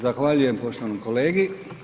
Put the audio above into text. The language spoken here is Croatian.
Zahvaljujem poštovani kolegi.